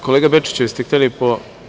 Kolega Bečiću, jeste li hteli po…